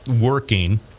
working